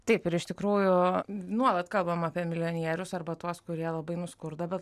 taip ir iš tikrųjų nuolat kalbam apie milijonierius arba tuos kurie labai nuskurdo bet